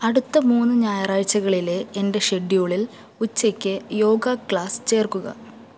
അടുത്ത മൂന്ന് ഞായറാഴ്ചകളിലെ എന്റെ ഷെഡ്യൂളിൽ ഉച്ചയ്ക്ക് യോഗ ക്ലാസ് ചേർക്കുക